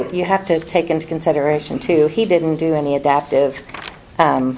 would you have to take into consideration too he didn't do any adaptive